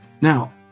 Now